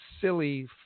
silly